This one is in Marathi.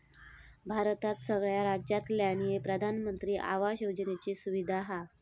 भारतात सगळ्या राज्यांतल्यानी प्रधानमंत्री आवास योजनेची सुविधा हा